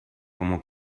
como